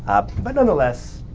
but nonetheless,